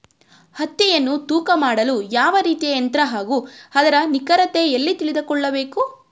ಹತ್ತಿಯನ್ನು ತೂಕ ಮಾಡಲು ಯಾವ ರೀತಿಯ ಯಂತ್ರ ಹಾಗೂ ಅದರ ನಿಖರತೆ ಎಲ್ಲಿ ತಿಳಿದುಕೊಳ್ಳಬೇಕು?